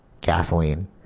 gasoline